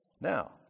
Now